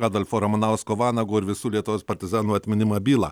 adolfo ramanausko vanago ir visų lietuvos partizanų atminimą bylą